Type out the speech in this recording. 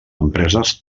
empreses